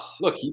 Look